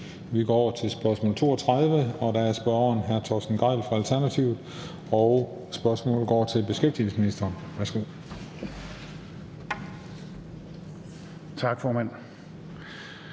Vi går over til spørgsmål nr. S 32, og spørgeren er hr. Torsten Gejl fra Alternativet, og spørgsmålet er til beskæftigelsesministeren. Værsgo at læse